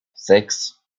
sechs